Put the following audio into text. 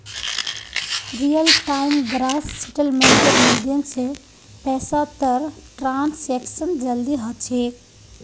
real time gross सेटलमेंटेर माध्यम स पैसातर ट्रांसैक्शन जल्दी ह छेक